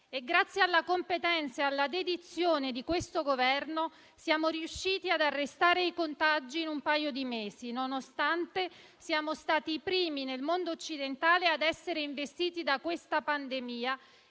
Grazie alla competenza e alla dedizione di questo Governo, siamo riusciti ad arrestare i contagi in un paio di mesi, nonostante siamo stati i primi nel mondo occidentale ad essere investiti dalla pandemia